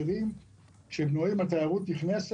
זה גם ממלונות אחרים שבנויים על תיירות נכנסת